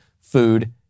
food